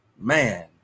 Man